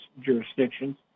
jurisdictions